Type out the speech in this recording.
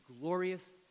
glorious